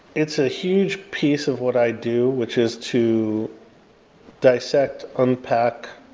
it's a huge piece of what i do, which is to dissect, unpack,